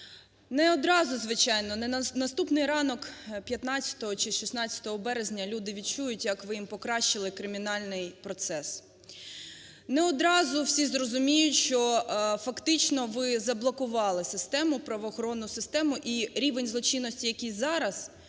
Не одразу, звичайно, не на наступний ранок 15 чи 16 березня люди відчують як ви їм покращили кримінальний процес, не одразу всі зрозуміють, що фактично ви заблокували систему, правоохоронну систему і рівень злочинності, який зараз,